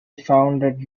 founded